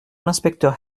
l’inspecteur